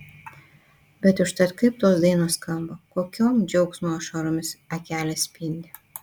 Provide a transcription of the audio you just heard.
bet užtat kaip tos dainos skamba kokiom džiaugsmo ašaromis akelės spindi